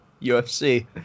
UFC